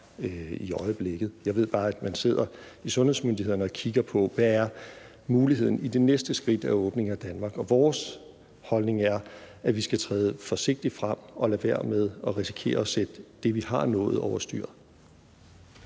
i øjeblikket. Jeg ved bare, at man sidder hos sundhedsmyndighederne og kigger på, hvad mulighederne er i det næste skridt af åbningen af Danmark. Vores holdning er, at vi skal træde forsigtigt frem og lade være med at risikere at sætte det, vi har nået, over styr.